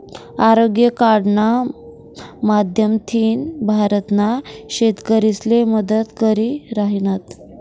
आरोग्य कार्डना माध्यमथीन भारतना शेतकरीसले मदत करी राहिनात